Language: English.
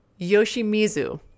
Yoshimizu